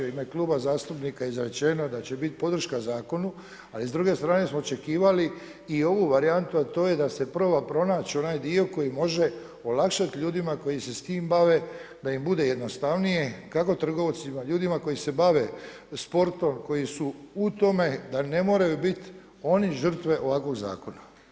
U ime Kluba zastupnika je izrečeno da će biti podrška zakonu, ali s druge strane smo očekivali i ovu varijantu, a to je da se proba pronaći onaj dio koji može olakšat ljudima koji se s tim bave da im bude jednostavnije kako trgovcima, ljudima koji se bave sportom, koji su u tome da ne moraju bit oni žrtve ovakvog zakona.